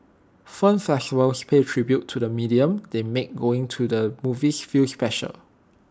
film festivals pay tribute to the medium they make going to the movies feel special